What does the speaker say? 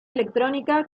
electrónica